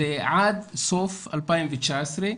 זה עד סוף 2019,